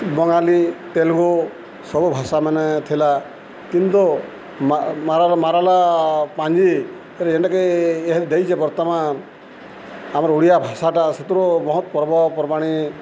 ବଙ୍ଗାଳୀ ତେଲୁଗୁ ସବୁ ଭାଷା ମାନେ ଥିଲା କିନ୍ତୁ ମାଦଲ ପାଞ୍ଜି ଯେନ୍ଟାକି ଇହାଦେ ଦେଇଚେ ବର୍ତ୍ତମାନ୍ ଆମର୍ ଓଡ଼ିଆ ଭାଷାଟା ସେଥିରୁ ବହୁତ୍ ପର୍ବପର୍ବାଣି